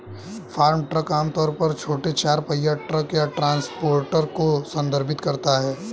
farm truck आम तौर पर छोटे चार पहिया ट्रक या ट्रांसपोर्टर को संदर्भित करता है